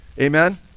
Amen